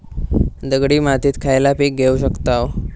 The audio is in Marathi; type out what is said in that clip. दगडी मातीत खयला पीक घेव शकताव?